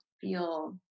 feel